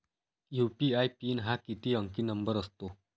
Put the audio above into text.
UPI PIN हा किती अंकी नंबर असतो?